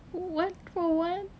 who one for one